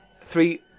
three